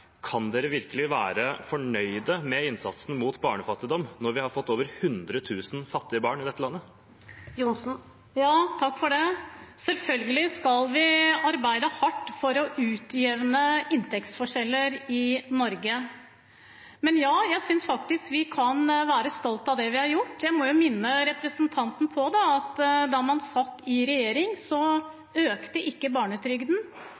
Kan man virkelig være fornøyd med innsatsen mot barnefattigdom når vi har fått over 100 000 fattige barn i dette landet? Selvfølgelig skal vi arbeide hardt for å utjevne inntektsforskjeller i Norge. Men ja, jeg synes faktisk vi kan være stolt av det vi har gjort. Jeg må jo minne representanten på at da man satt i regjering, økte ikke barnetrygden